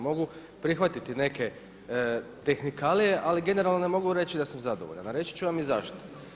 Mogu prihvatiti neke tehnikalije, ali generalno ne mogu reći da sam zadovoljan, ali reći ću vam i zašto.